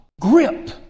grip